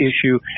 issue